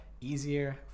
easier